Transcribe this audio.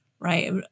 right